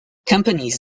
companies